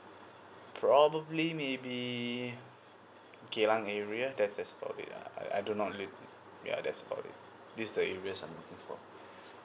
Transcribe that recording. probably maybe gelang area there's there's probably uh I I do not live ya that's about it these the area I'm looking for